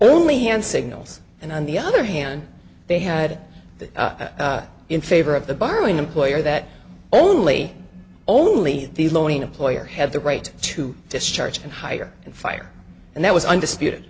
only hand signals and on the other hand they had that in favor of the borrowing employer that only only the loan employer have the right to discharge and hire and fire and that was undisputed